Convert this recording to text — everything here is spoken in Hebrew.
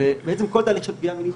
ובעצם כל תהליך של פגיעה מינית,